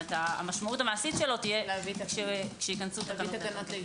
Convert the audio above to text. המשמעות המעשית שלו תהיה כשייכנסו תקנות.